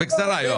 בקצרה, יואב.